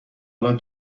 الان